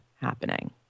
happening